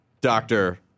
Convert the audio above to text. doctor